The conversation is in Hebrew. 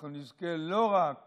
אנחנו נזכה לא רק